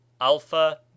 alpha